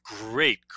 Great